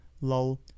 Lol